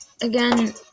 again